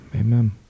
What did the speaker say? Amen